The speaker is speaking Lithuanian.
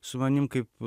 su manim kaip